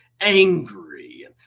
angry